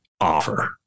Offer